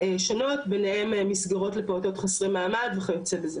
שונות ביניהם מסגרות לפעוטות חסרות מעמד וכיוצא בזה.